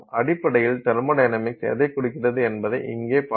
அடிப்படையில் தெர்மொடைனமிக்ஸ் எதைக் குறிக்கிறது என்பதைப் இங்கே பார்க்கலாம்